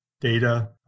data